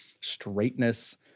straightness